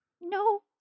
No